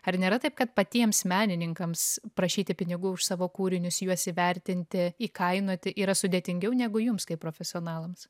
ar nėra taip kad patiems menininkams prašyti pinigų už savo kūrinius juos įvertinti įkainoti yra sudėtingiau negu jums kaip profesionalams